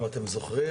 אם אתם זוכרים,